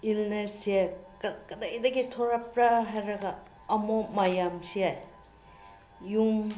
ꯏꯜꯅꯦꯁꯁꯦ ꯀꯗꯥꯏꯗꯒꯤ ꯊꯣꯂꯛꯄ꯭ꯔꯥ ꯍꯥꯏꯔꯒ ꯑꯃꯣꯠ ꯃꯌꯥꯝꯁꯦ ꯌꯨꯝ